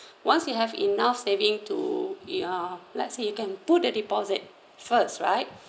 once you have enough saving to uh let's say you can put the deposit first right